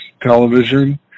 Television